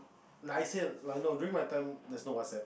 like I said like no during my time there's no WhatsApp